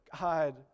God